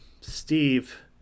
Steve